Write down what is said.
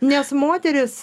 nes moterys